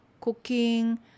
cooking